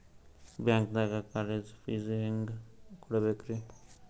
ಬ್ಯಾಂಕ್ದಾಗ college fees ಹೆಂಗ್ ಕಟ್ಟ್ಬೇಕ್ರಿ?